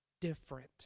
different